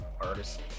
Artist